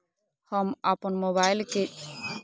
हम आपन मोबाइल के रिचार्ज केना करिए?